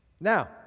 Now